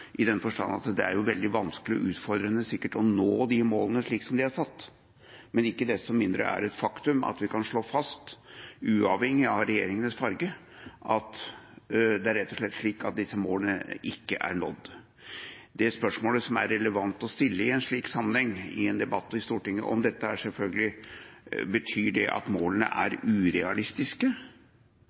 i den forstand at det sikkert er veldig vanskelig og utfordrende å nå de målene som er satt. Men ikke desto mindre er det et faktum som vi kan slå fast, uavhengig av regjeringens farge, at det rett og slett er slik at disse målene ikke er nådd. Det spørsmålet som er relevant å stille i en slik sammenheng i en debatt i Stortinget om dette, er selvfølgelig: Betyr det at målene er urealistiske?